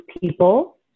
people